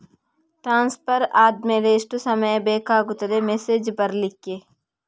Transfer ಆದ್ಮೇಲೆ ಎಷ್ಟು ಸಮಯ ಬೇಕಾಗುತ್ತದೆ ಮೆಸೇಜ್ ಬರ್ಲಿಕ್ಕೆ?